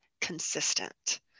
consistent